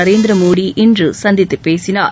நரேந்திர மோடி இன்று சந்தித்துப் பேசினார்